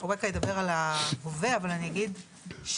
אווקה ידבר על ההווה אבל אני אגיד שכשעשינו